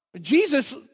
Jesus